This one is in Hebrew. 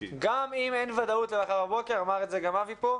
גם אם אין ודאות למחר בבוקר, אמר את זה גם אבי פה,